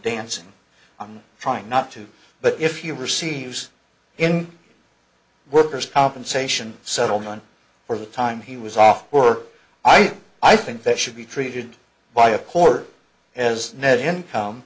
dancing i'm trying not to but if you received in worker's compensation settlement for the time he was off work i think i think that should be treated by a court as net income